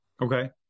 Okay